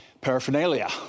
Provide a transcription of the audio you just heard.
paraphernalia